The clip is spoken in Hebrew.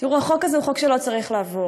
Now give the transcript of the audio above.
תראו, החוק הזה הוא חוק שלא צריך לעבור.